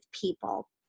people